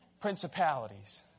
principalities